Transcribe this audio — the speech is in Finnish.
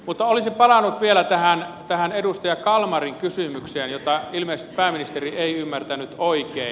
mutta olisin palannut vielä tähän edustaja kalmarin kysymykseen jota ilmeisesti pääministeri ei ymmärtänyt oikein